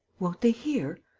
won't they hear?